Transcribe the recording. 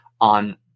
on